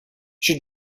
she